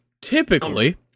typically